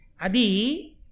Adi